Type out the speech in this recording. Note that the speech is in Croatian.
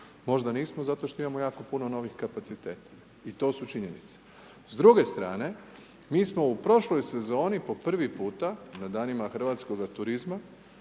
Možda nismo zato što imamo jako puno novih kapaciteta i to su činjenice. S druge strane mi smo u prošloj sezoni po prvi puta na danima hrvatskoga turizma